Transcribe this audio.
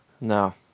No